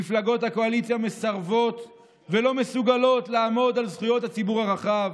מפלגות הקואליציה מסרבות ולא מסוגלות לעמוד על זכויות הציבור הרחב.